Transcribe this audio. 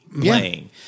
playing